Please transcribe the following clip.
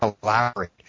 collaborate